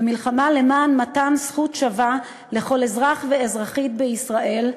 במלחמה למען מתן זכות שווה לכל אזרח ואזרחית בישראל,